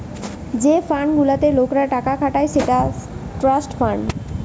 যে ফান্ড গুলাতে লোকরা টাকা খাটায় সেটা ট্রাস্ট ফান্ড